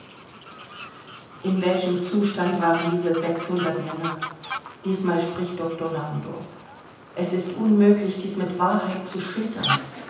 in welchem zustand waren diese sechshundert männer diesmal spricht doktor naundorff es ist unmöglich dies mit wahrheit zu schildern